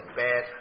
bad